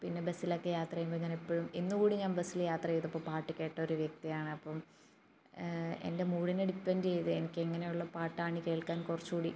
പിന്നെ ബസ്സിലൊക്കെ യാത്ര ചെയ്യുമ്പോൾ ഇങ്ങനെ എപ്പോഴും ഇന്നു കൂടി ഞാൻ ബസ്സിൽ യാത്ര ചെയ്തപ്പോൾ പാട്ട് കേട്ട ഒരു വ്യക്തിയാണ് അപ്പം എൻ്റെ മൂഡിനെ ഡിപ്പൻറ്റ് ചെയ്ത് എനിക്ക് എങ്ങനെയുള്ള പാട്ടാണ് കേൾക്കാൻ കുറച്ചു കൂടി